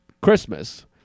Christmas